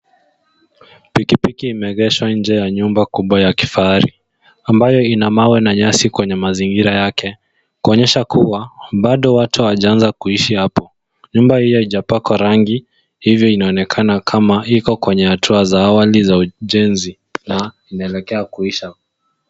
Pikipiki imeegeshwa nje ya nyumba kubwa ya kifahari ambayo ina mawe na nyasi kwenye mazingira yake kuonyesha kuwa bado watu hawajaanza kuishi hapo. Nyumba hii haijapakwa rangi hivyo inaonekana kama iko kwenye hatua za awali za ujenzi na inaelekea kuisha.